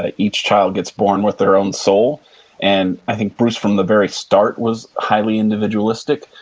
ah each child gets born with their own soul and, i think, bruce from the very start was highly individualistic.